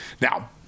Now